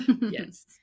Yes